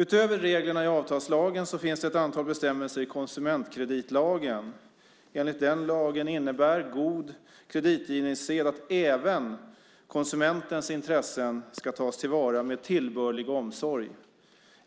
Utöver reglerna i avtalslagen finns det ett antal bestämmelser i konsumentkreditlagen. Enligt den lagen innebär god kreditgivningssed att även konsumentens intressen ska tas till vara med tillbörlig omsorg.